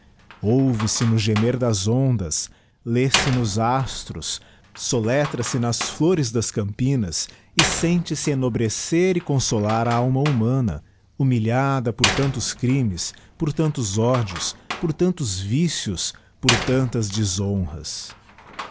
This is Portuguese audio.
ouve-se no gemer das ondas l se nos astros soletrase nas flores das campinas e sente ee ennobrecer e conbolar a alma humana humilhada por tantos crimes por tantos ódios por tantos vícios por tantas deshonras